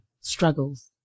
struggles